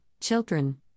children